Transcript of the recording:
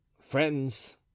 friends